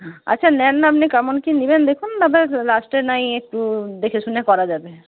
আচ্ছা নিন না আপনি কেমন কী নেবেন দেখুন তারপর লাস্টে না হয় একটু দেখে শুনে করা যাবে